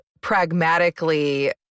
pragmatically